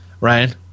Ryan